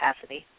capacity